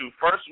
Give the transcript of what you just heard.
first